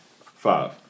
Five